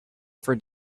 for